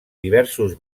diversos